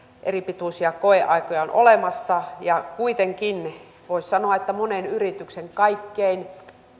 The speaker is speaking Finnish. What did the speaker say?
eri pituisia koeaikoja on olemassa ja kuitenkin voisi sanoa monen yrityksen kaikkein